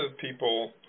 people